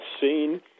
seen –